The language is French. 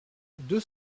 deux